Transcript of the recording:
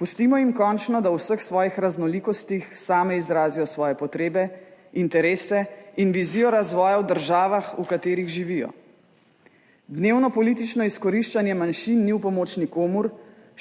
Pustimo jim končno, da v vseh svojih raznolikostih same izrazijo svoje potrebe, interese in vizijo razvoja v državah, v katerih živijo. Dnevno politično izkoriščanje manjšin ni v pomoč nikomur,